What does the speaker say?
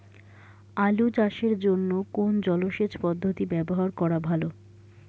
আলু চাষের জন্য কোন জলসেচ পদ্ধতি ব্যবহার করা ভালো?